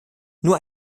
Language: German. nur